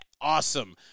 awesome